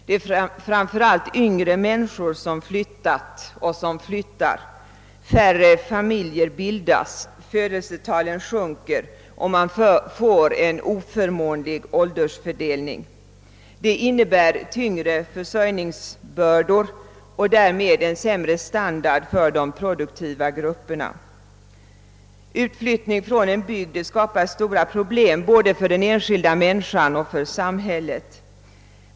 Det är framför allt yngre människor som flyttar. Färre familjer bildas, födelsetalen sjunker, och man får en oförmånlig åldersfördelning. Det innebär tyngre försörjningsbördor och därmed en sämre standard för de produktiva grupperna. Utflyttningen från en bygd skapar stora problem både för den enskilda människan och för samhället.